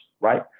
right